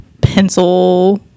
pencil